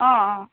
অঁ অঁ